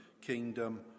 kingdom